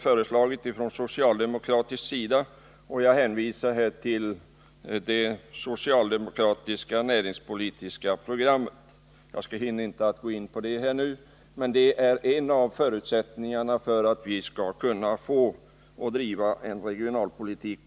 Jag hänvisar här till det socialdemokratiska näringspolitiska programmet. Jag hinner inte gå in på det nu, men detta program är en av förutsättningarna för att vi skall kunna driva en vettig regionalpolitik.